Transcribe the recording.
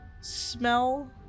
smell